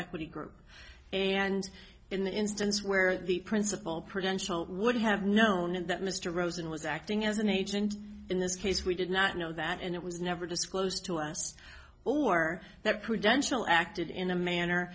equity group and in the instance where the principal prevention would have known and that mr rosen was acting as an agent in this case we did not know that and it was never disclosed to us or that prudential acted in a manner